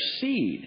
seed